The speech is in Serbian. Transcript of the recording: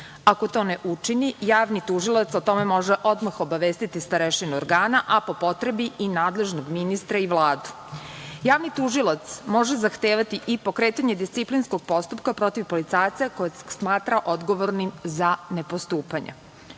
ako to ne učini, javni tužilac može o tome odmah obavestiti starešinu organa, a po potrebi i nadležnog ministra i Vladu. Javni tužilac može zahtevati i pokretanje disciplinskog postupka protiv policajca, kojeg smatra odgovornim za nepostupanja.